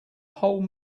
whole